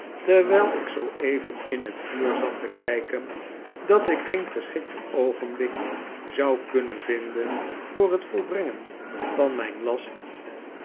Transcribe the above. terwyl ik zoo even in het vuur zat te kijken dat ik geen geschikter oogenblik zou kunnen vinden voor het volbrengen van myn last